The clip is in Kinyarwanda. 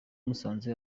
musanze